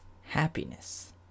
happiness